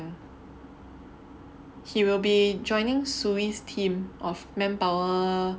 he will be joining Suyi's team of manpower